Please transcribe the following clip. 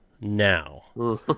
now